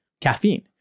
caffeine